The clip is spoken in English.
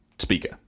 speaker